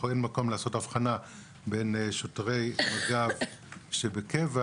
אין מקום לעשות הבחנה בין שוטרי מג"ב בקבע